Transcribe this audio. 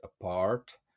apart